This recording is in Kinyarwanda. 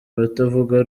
abatavuga